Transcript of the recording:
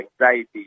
anxiety